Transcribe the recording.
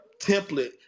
template